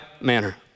manner